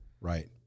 Right